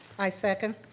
i second.